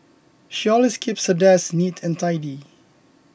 she always keeps the desk neat and tidy